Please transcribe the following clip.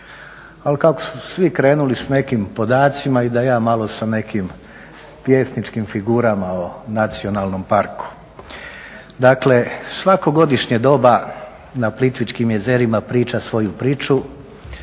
Ali kako su svi krenuli sa nekim podacima i da ja malo sa nekim pjesničkim figurama o nacionalnom parku. Dakle, svako godišnje doba na Plitvičkim jezerima priča svoju priču,